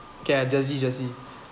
okay ah jersey jersey